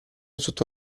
sotto